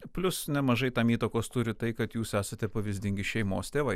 plius nemažai tam įtakos turi tai kad jūs esate pavyzdingi šeimos tėvai